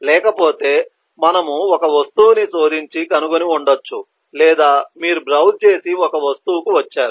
లేకపోతే మనము ఒక వస్తువును శోధించి కనుగొని ఉండవచ్చు లేదా మీరు బ్రౌజ్ చేసి ఒక వస్తువుకు వచ్చారు